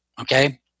Okay